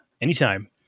Anytime